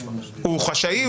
הוא חשאי?